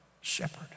shepherd